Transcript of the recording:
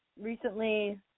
recently